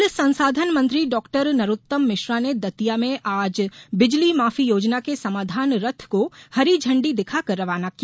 जल संसाधन मंत्री डॉ नरोत्तम मिश्रा दतिया में आज बिजली माफी योजना के समाधान रथ को हरी झंडी दिखाकर रवाना किया